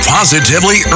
Positively